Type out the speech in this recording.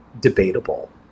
debatable